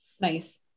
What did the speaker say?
nice